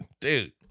Dude